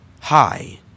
hi